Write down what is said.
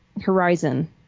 horizon